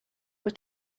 were